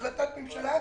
החלטת הממשלה,